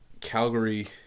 Calgary